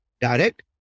direct